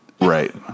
right